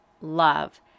love